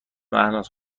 مهناز